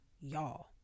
y'all